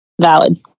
Valid